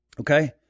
Okay